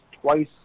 twice